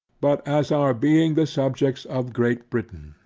but as our being the subjects of great britain.